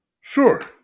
Sure